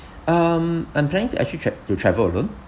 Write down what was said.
um I'm planning to actually tra~ to travel alone